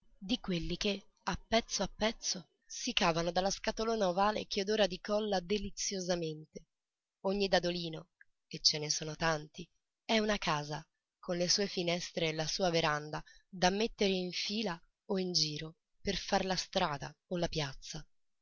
di quelli che a pezzo a pezzo si cavano dalla scatolona ovale che odora di colla deliziosamente ogni dadolino e ce ne son tanti è una casa con le sue finestre e la sua veranda da mettere in fila o in giro per far la strada o la piazza